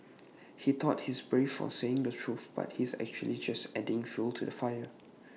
he thought he's brave for saying the truth but he's actually just adding fuel to the fire